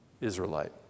Israelite